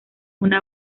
una